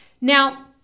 Now